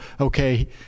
okay